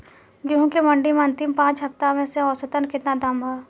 गेंहू के मंडी मे अंतिम पाँच हफ्ता से औसतन केतना दाम बा?